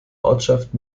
ortschaft